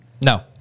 no